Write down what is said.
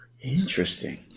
Interesting